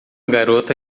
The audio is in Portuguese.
garota